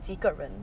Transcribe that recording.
几个人